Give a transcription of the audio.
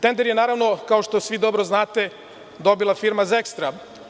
Tender je, naravno, kao što svi dobro znate, dobila firma „Zekstra“